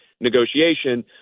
negotiation